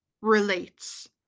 relates